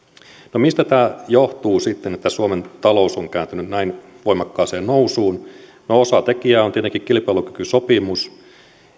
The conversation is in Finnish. no mistä tämä johtuu sitten että suomen talous on kääntynyt näin voimakkaaseen nousuun osatekijä on tietenkin kilpailukykysopimus